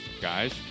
guys